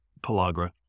pellagra